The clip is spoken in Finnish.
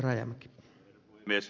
herra puhemies